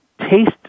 taste